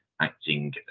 acting